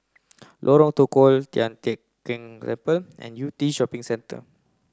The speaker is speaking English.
Lorong Tukol Tian Teck Keng Temple and Yew Tee Shopping Centre